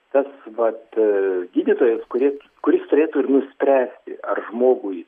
tas vat gydytojas kuris kuris turėtų ir nuspręsti ar žmogui